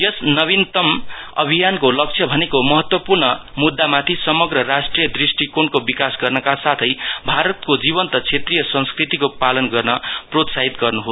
यस नविन्तम अथियानको लक्ष्य भनेको महत्वपूर्ण मुद्धमाथि समग्र राष्ट्रिय दृष्टिकोण विकास गर्नका साथै भारतको जीवन्त क्षेत्रीय संस्कृतिको पालन गर्न प्रोत्साहित गर्न हो